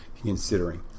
considering